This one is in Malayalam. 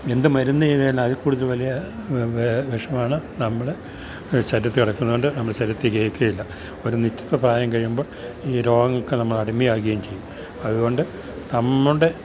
എന്തു മരുന്നു ചെയ്താലും അതില്ക്കൂടുതല് വലിയ വിഷമാണ് നമ്മുടെ ശരീരത്തില് കിടക്കുന്നത് അതുകൊണ്ട് നമ്മളുടെ ശരിരത്തില് ഏല്ക്കുകയില്ല ഒരു നിശ്ചിത പ്രായം കഴിയുമ്പോൾ ഈ രോഗങ്ങളൊക്കെ നമ്മളെ അടിമയാകുകയും ചെയ്യും അതുകൊണ്ട് നമ്മുടെ